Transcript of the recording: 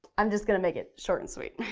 i'm just gonna make it short and sweet.